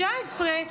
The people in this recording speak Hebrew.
19,